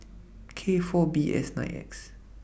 K four B S nine X